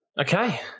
Okay